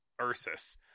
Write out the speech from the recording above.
Ursus